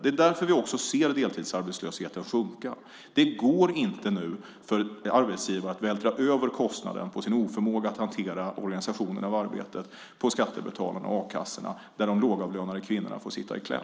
Det är därför som vi också ser deltidsarbetslösheten sjunka. Det går inte nu för arbetsgivarna att vältra över kostnaderna för sin oförmåga att hantera organisationen av arbetet på skattebetalarna och a-kassorna samtidigt som de lågavlönade kvinnorna får sitta i kläm.